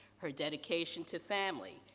her dedication to family,